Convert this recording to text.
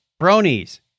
bronies